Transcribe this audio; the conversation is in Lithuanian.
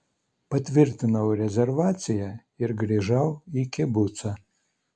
patvirtinau rezervaciją ir grįžau į kibucą